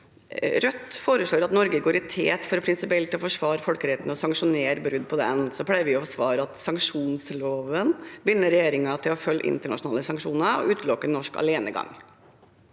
Rødt foreslår at Norge går i tet for prinsipielt å forsvare folkeretten og sanksjonere brudd på den. Vi pleier å svare at sanksjonsloven binder regjeringen til å følge internasjonale sanksjoner og utelukke norsk alenegang.